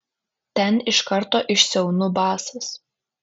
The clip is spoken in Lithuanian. ten iš karto išsiaunu basas